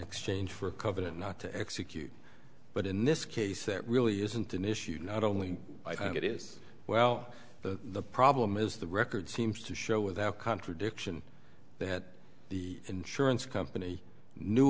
exchange for a covenant not to execute but in this case that really isn't an issue not only i think it is well the the problem is the record seems to show without contradiction that the insurance company knew